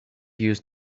use